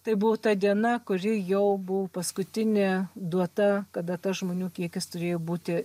tai buvo ta diena kuri jau buvo paskutinė duota kada tas žmonių kiekis turėjo būti